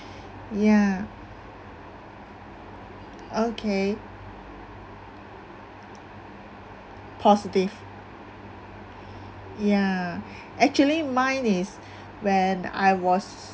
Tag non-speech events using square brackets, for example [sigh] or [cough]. ya okay positive ya actually mine is [breath] when I was